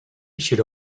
should